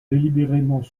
délibérément